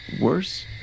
worse